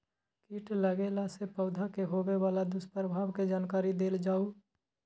कीट लगेला से पौधा के होबे वाला दुष्प्रभाव के जानकारी देल जाऊ?